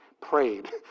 prayed